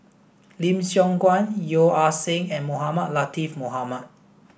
Lim Siong Guan Yeo Ah Seng and Mohamed Latiff Mohamed